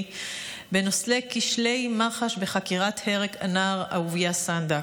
בנושא כשלי מח"ש בחקירת הרג הנער אהוביה סנדק.